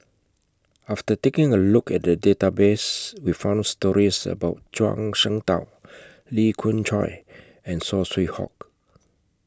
after taking A Look At The Database We found stories about Zhuang Shengtao Lee Khoon Choy and Saw Swee Hock